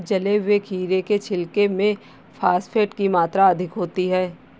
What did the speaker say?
जले हुए खीरे के छिलके में फॉस्फेट की मात्रा अधिक होती है